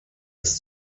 ist